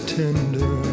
tender